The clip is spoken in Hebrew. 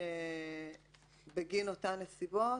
שבגין אותן נסיבות